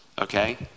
okay